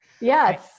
Yes